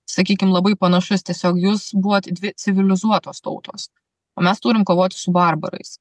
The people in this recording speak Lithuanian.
sakykim labai panašus tiesiog jūs buvot dvi civilizuotos tautos o mes turim kovoti su barbarais